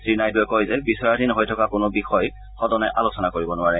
শ্ৰীনাইডুৱে কয় যে বিচাৰাধীন হৈ থকা কোনো বিষয় সদনে আলোচনা কৰিব নোৱাৰে